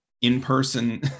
in-person